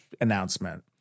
announcement